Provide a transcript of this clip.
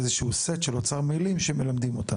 איזה שהוא סט של אוצר מילים שמלמדים אותם.